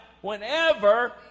whenever